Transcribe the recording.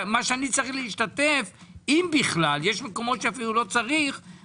מה שאני צריך להשתתף אם בכלל יש מקומות שלא צריך אפילו להשתתף,